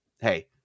hey